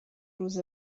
روز